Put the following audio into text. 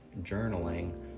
journaling